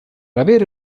avere